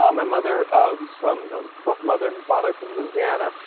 um my mother, um who's from both mother and father from louisiana.